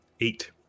Eight